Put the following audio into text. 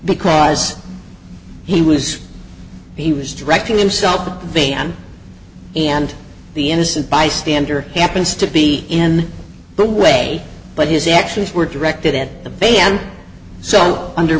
because he was he was directing himself to be on and the innocent bystander happens to be in the way but his actions were directed at the v a and so under